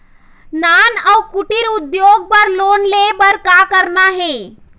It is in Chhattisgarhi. नान अउ कुटीर उद्योग बर लोन ले बर का करना हे?